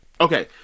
Okay